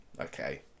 okay